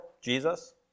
Jesus